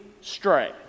stray